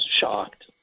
shocked